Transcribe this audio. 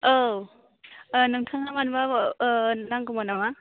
औ नोंथाङा मानोबा नांगौमौन नामा